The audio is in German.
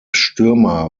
stürmer